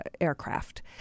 Aircraft